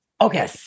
Okay